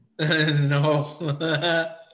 No